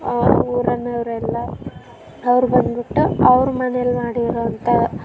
ಆ ಊರಿನವ್ರೆಲ್ಲ ಅವ್ರು ಬಂದುಬಿಟ್ಟು ಅವ್ರ ಮನೆಲ್ಲಿ ಮಾಡಿರೋಂಥ